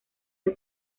que